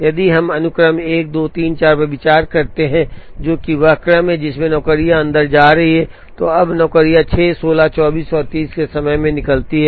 यदि हम अनुक्रम 1 2 3 4 पर विचार करते हैं जो कि वह क्रम है जिसमें नौकरियां अंदर जा रही हैं तो अब नौकरियां 6 16 24 और 30 के समय में निकलती हैं